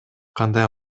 кандай